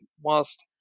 whilst